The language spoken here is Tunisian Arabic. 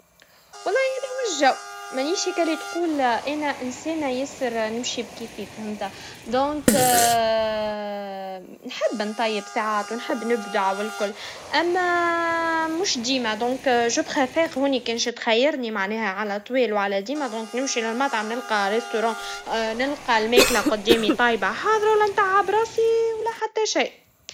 والله نوجب, منيش هكا اللي تقول إنسانا ياسر نمشي بكيفي, فهمت؟ لذلك نحب نطيب ساعات., ونحب نبدع والكل, أما مش ديما, لذلك أنا بفضل واني كيش تخيرني معناها علطول, وعلى ديما لذلك نمشي للمطعم ونلقى مطعم, ونلقى الماكلا قدامي طايبا, هذا ولا نتعب راسي ولا شي.